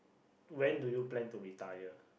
when do you plan to retire